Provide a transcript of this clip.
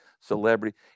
celebrity